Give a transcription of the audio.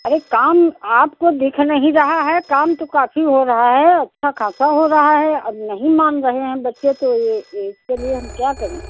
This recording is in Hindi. अरे काम आपको दिख नहीं रहा है काम तो काफी हो रहा है अच्छा ख़ासा हो रहा है अब नहीं मान रहे हैं बच्चे तो इसके लिए हम क्या करें